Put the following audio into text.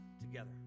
together